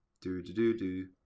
Do-do-do-do